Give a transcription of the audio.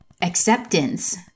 acceptance